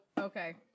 okay